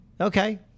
Okay